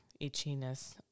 itchiness